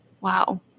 Wow